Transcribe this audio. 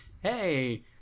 hey